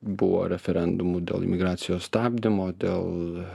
buvo referendumų dėl imigracijos stabdymo dėl